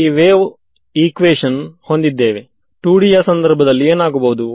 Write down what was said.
ಈಗ ನನಗೆ far field ಅನ್ನು ಕಂಡು ಹಿಡಿಯಬೇಕಾಗಿದೆ